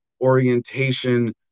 orientation